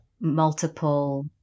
multiple